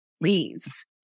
please